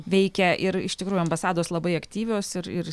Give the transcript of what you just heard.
veikia ir iš tikrųjų ambasados labai aktyvios ir ir